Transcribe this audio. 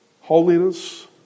holiness